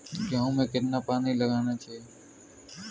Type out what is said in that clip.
गेहूँ में कितना पानी लगाना चाहिए?